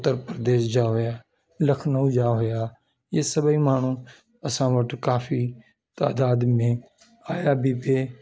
उत्तर प्रदेश जा हुया लखनऊ जा हुया इए सभई माण्हू असां वटि काफ़ी तादाद में आया बि ते